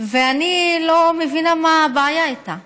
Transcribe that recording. ואני לא מבינה מה הבעיה איתו.